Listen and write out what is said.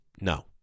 No